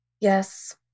Yes